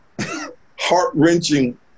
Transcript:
heart-wrenching